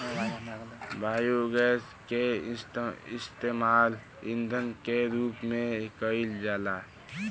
biogas के इस्तेमाल ईधन के रूप में कईल जाला